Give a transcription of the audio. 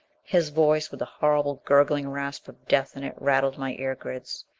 his voice, with the horrible gurgling rasp of death in it, rattled my ear-grids.